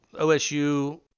OSU